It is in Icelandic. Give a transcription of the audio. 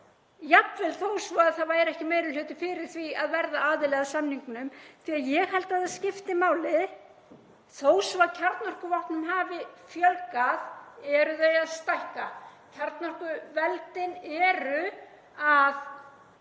jafnvel þó að það væri ekki meiri hluti fyrir því að verða aðili að samningnum því að ég held að það skipti máli, þó svo að kjarnorkuvopnum hafi ekki fjölgað þá eru þau að stækka. Kjarnorkuveldin eru að